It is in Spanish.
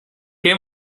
que